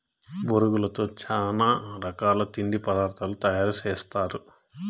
బొరుగులతో చానా రకాల తిండి పదార్థాలు తయారు సేస్తారు